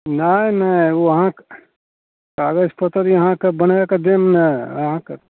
नहि नहि ओ अहाँ कागज पत्तर अहाँके बनाकऽ देब ने अहाँके